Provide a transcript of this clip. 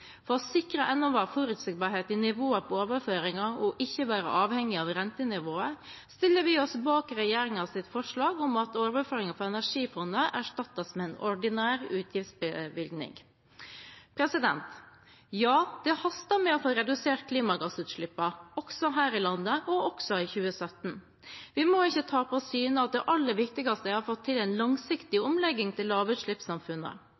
For å sikre Enova forutsigbarhet i nivået på overføringer og for ikke å være avhengig av rentenivået stiller vi oss bak regjeringens forslag om at overføringene fra Energifondet erstattes med en ordinær utgiftsbevilgning. Ja, det haster med å få redusert klimagassutslippene – også her i landet, og også i 2017. Vi må ikke tape av syne at det aller viktigste er å få til en langsiktig